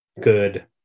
good